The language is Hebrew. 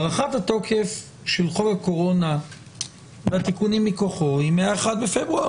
הארכת הוקף של חוק הקורונה והתיקונים מכוחו היא מ-1 בפברואר,